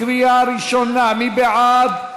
קריאה ראשונה, מי בעד?